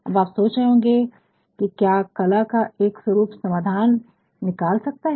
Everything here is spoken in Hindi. अब आप सोच रहे होंगे क्या कला का एक स्वरूप समाधान निकाल सकता है